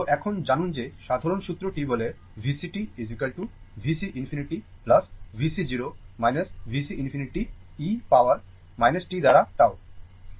তো এখন জানুন যে সাধারণ সূত্র টি বলে VCt VC ∞ VC 0 VC ∞ e power t দ্বারা tau